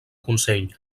consell